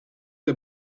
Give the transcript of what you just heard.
der